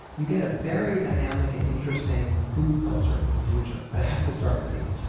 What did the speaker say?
you get a very dynamic and interesting food culture for the future. but, it has to start with seeds